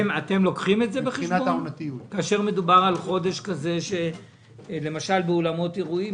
אתם לוקחים בחשבון, למשל לגבי אולמות אירועים,